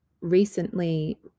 recently